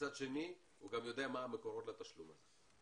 ומצד שני, הוא גם יודע מה המקורות לתשלום הזה.